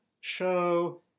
show